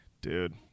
dude